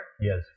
Yes